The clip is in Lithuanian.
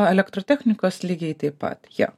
elektrotechnikos lygiai taip pat jo